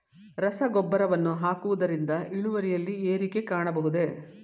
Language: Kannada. ರಸಗೊಬ್ಬರವನ್ನು ಹಾಕುವುದರಿಂದ ಇಳುವರಿಯಲ್ಲಿ ಏರಿಕೆ ಕಾಣಬಹುದೇ?